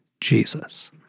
Jesus